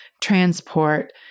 transport